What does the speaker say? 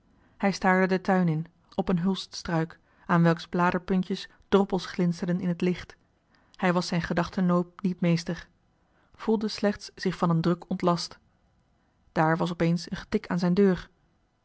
hij staarde den tuin in op een hulststruik aan welks bladerpuntjes droppels glinsterden in het licht hij was zijn gedachtenloop niet meester voelde slechts zich van een druk ontlast daar was opeens een getik aan zijn deur